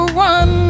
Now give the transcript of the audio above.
run